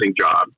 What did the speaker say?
job